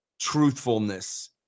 truthfulness